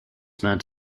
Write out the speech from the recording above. meant